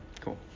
Cool